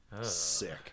Sick